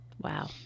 Wow